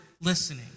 Listening